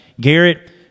Garrett